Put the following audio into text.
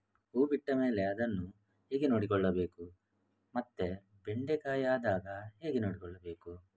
ಹೂ ಬಿಟ್ಟ ಮೇಲೆ ಅದನ್ನು ಹೇಗೆ ನೋಡಿಕೊಳ್ಳಬೇಕು ಮತ್ತೆ ಬೆಂಡೆ ಕಾಯಿ ಆದಾಗ ಹೇಗೆ ನೋಡಿಕೊಳ್ಳಬೇಕು?